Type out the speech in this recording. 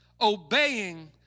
obeying